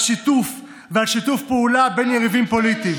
על שיתוף ועל שיתוף פעולה בין יריבים פוליטיים.